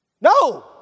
No